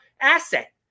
asset